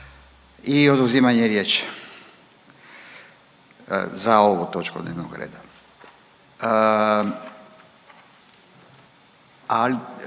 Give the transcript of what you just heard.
i oduzimanje riječi za ovu točku dnevnog reda,